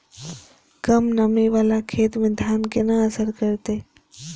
कम नमी वाला खेत में धान केना असर करते?